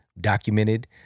documented